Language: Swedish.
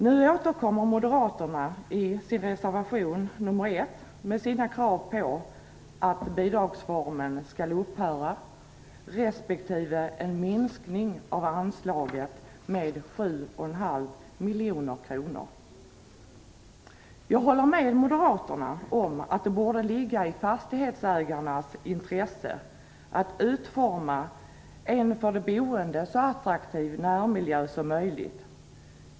Nu återkommer moderaterna i sin reservation nr 1 med krav på att bidragsformen skall upphöra respektive en minskning av anslaget med 7,5 miljoner kronor. Jag håller med moderaterna om att det borde ligga i fastighetsägarnas intresse att utforma en för de boende så attraktiv närmiljö som möjligt.